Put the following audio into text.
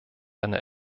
eine